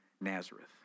Nazareth